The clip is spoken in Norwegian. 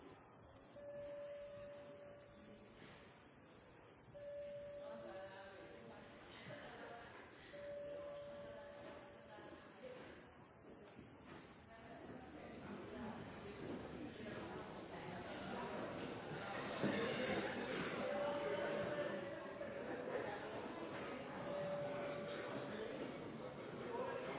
ting. Og siden jeg har